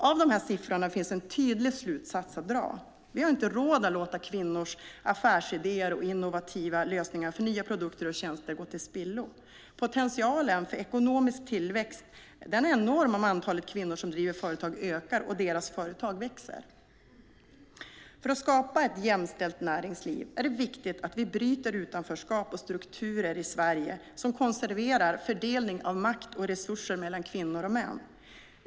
Av de här siffrorna finns en tydlig slutsats att dra. Vi har inte råd att låta kvinnors affärsidéer och innovativa lösningar för nya produkter och tjänster gå till spillo. Potentialen för ekonomisk tillväxt är enorm om antalet kvinnor som driver företag ökar och deras företag växer. För att skapa ett jämställt näringsliv är det viktigt att vi bryter utanförskap och strukturer i Sverige som konserverar fördelningen av makt och resurser mellan kvinnor och män.